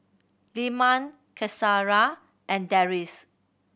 Leman Qaisara and Deris